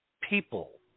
people